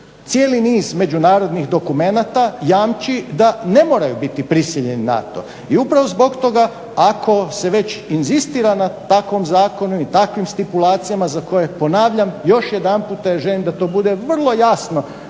cijeli niz međunarodnih dokumenata jamči da ne moraju biti prisiljeni na to. I upravo zbog toga ako se već inzistira na takvom zakonu i takvim stipulacijama za koje, ponavljam još jedanputa jer želim da to bude vrlo jasno,